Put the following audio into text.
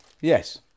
Yes